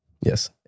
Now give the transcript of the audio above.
yes